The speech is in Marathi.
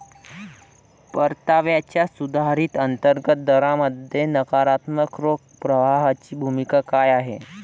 परताव्याच्या सुधारित अंतर्गत दरामध्ये नकारात्मक रोख प्रवाहाची भूमिका काय आहे?